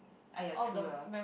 !aiya! true lah